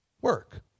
work